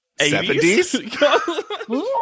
70s